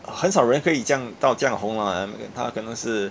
很少人可以这样到这样红 ah 他可能是